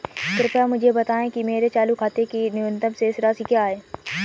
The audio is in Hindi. कृपया मुझे बताएं कि मेरे चालू खाते के लिए न्यूनतम शेष राशि क्या है?